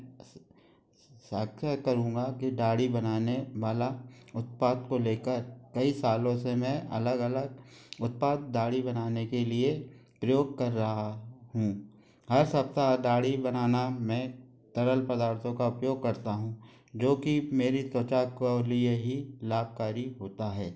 साक्ष्य कहूँगा कि दाढ़ी बनाने वाला उत्पाद को लेकर कई सालों से मैं अलग अलग उत्पाद दाढ़ी बनाने के लिए प्रयोग कर रहा हूँ हर सप्ताह दाढ़ी बनाना मैं तरल पदार्थों का उपयोग करता हूँ जो कि मेरी त्वचा को लिए ही लाभकारी होता है